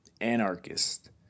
anarchist